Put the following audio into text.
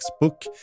book